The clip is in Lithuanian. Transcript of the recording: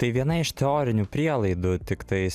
tai viena iš teorinių prielaidų tiktais